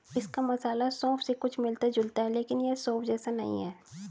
इसका मसाला सौंफ से कुछ मिलता जुलता है लेकिन यह सौंफ जैसा नहीं है